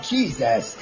Jesus